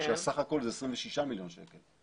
כשסה"כ זה 26 מיליון שקל.